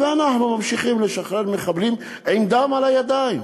ואנחנו ממשיכים לשחרר מחבלים עם דם על הידיים.